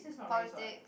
politics